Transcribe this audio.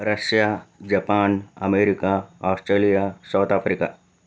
Russia Japan America Australia South Africa